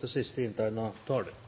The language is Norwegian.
er inntatt i